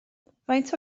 faint